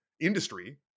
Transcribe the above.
industry